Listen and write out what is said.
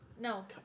No